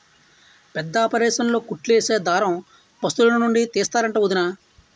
పెద్దాపరేసన్లో కుట్లేసే దారం పశులనుండి తీస్తరంట వొదినా